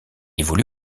évolue